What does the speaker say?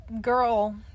girl